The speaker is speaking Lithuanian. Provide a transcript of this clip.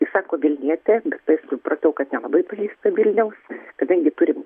sako vilnietė bet taip supratau kad nelabai pažįsta vilniaus kadangi turim